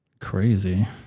Crazy